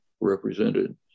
represented